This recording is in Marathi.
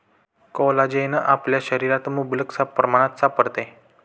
कोलाजेन आपल्या शरीरात मुबलक प्रमाणात सापडते